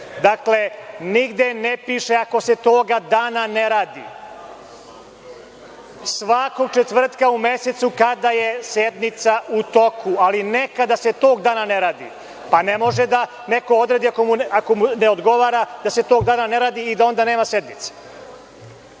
Dakle, nigde ne piše – ako se tog dana ne radi. Svakog četvrtka u mesecu kada je sednica u toku, ali ne kada se tog dana ne radi. Ne može da neko odredi ako mu ne odgovara da se tok dana ne radi i onda nema sednice.